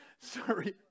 Sorry